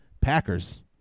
Packers